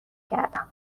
کردم